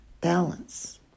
balance